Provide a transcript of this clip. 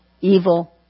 evil